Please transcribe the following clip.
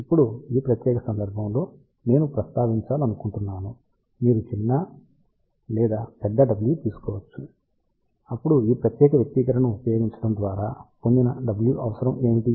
ఇప్పుడు ఈ ప్రత్యేక సందర్భంలో నేను ప్రస్తావించాలనుకుంటున్నాను మీరు చిన్న లేదా పెద్ద W తీసుకోవచ్చు అప్పుడు ఈప్రత్యేక వ్యక్తీకరణను ఉపయోగించడం ద్వారా పొందిన W అవసరం ఏమిటి